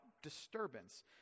disturbance